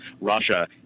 Russia